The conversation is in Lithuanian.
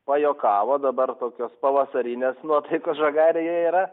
pajuokavo dabar tokios pavasarinės nuotaikos žagarėje yra